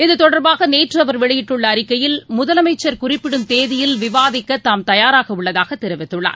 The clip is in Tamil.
இத்தொடர்பாக நேற்று அவர் வெளியிட்டுள்ள அறிக்கையில் முதலமைச்சர் குறிப்பிடும் தேதியில் விவாதிக்க தாம் தயாராக உள்ளதாக தெரிவித்துள்ளார்